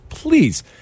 Please